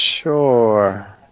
Sure